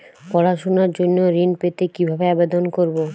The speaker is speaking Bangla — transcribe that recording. পড়াশুনা জন্য ঋণ পেতে কিভাবে আবেদন করব?